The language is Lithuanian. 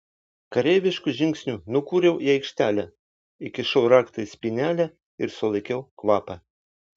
kareivišku žingsniu nukūriau į aikštelę įkišau raktą į spynelę ir sulaikiau kvapą